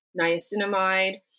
niacinamide